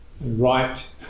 Right